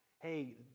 Hey